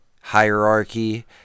hierarchy